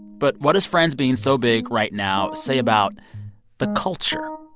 but what does friends being so big right now say about the culture,